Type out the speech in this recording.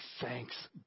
thanks